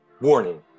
Warning